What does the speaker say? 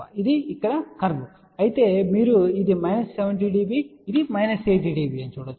ఇది ఇక్కడ వక్రత అయితే మీరు ఇది మైనస్ 70 ఇది మైనస్ 80 అని చూడవచ్చు